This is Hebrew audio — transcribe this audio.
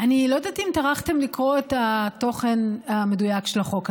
אני לא יודעת אם טרחתם לקרוא את התוכן המדויק של החוק הזה,